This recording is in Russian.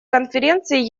конференции